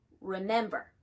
remember